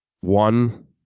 one